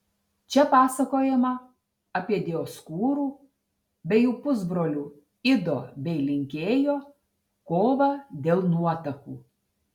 čia pasakojama apie dioskūrų bei jų pusbrolių ido bei linkėjo kovą dėl nuotakų